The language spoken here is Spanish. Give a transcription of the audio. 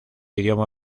idioma